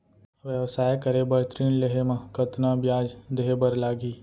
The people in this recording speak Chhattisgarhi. व्यवसाय करे बर ऋण लेहे म कतना ब्याज देहे बर लागही?